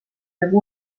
teeb